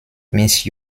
miss